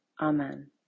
Amen